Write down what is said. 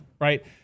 right